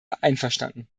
einverstanden